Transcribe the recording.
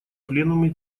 пленуме